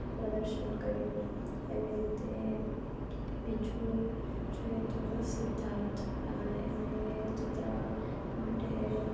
પ્રદર્શન કર્યું એવી રીતે બીજું જોઈએ તો સિદ્ધાર્થ એનું એ ચિત્ર માટે